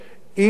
אם אכן